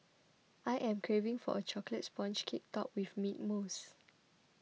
I am craving for a Chocolate Sponge Cake Topped with Mint Mousse